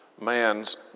man's